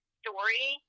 story